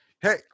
Hey